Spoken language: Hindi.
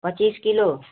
पच्चीस किलो